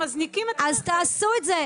הם מזניקים -- אז תעשו את זה.